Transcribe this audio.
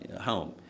home